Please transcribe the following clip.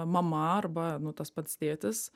mama arba nu tas pats tėtis